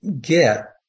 get